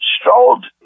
strolled